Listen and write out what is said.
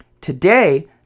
Today